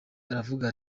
aravuga